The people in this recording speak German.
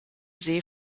see